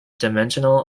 dimensional